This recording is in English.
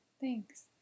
Thanks